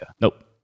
Nope